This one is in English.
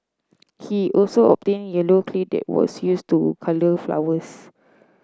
he also obtained yellow clay that was used to colour flowers